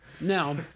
now